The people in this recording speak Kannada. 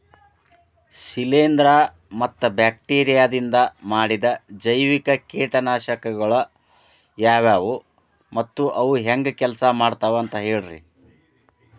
ಶಿಲೇಂಧ್ರ ಮತ್ತ ಬ್ಯಾಕ್ಟೇರಿಯದಿಂದ ಮಾಡಿದ ಜೈವಿಕ ಕೇಟನಾಶಕಗೊಳ ಯಾವ್ಯಾವು ಮತ್ತ ಅವು ಹೆಂಗ್ ಕೆಲ್ಸ ಮಾಡ್ತಾವ ಅಂತ ಹೇಳ್ರಿ?